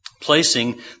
Placing